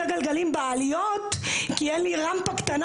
הגלגלים בעליות כי אין לי רמפה קטנה,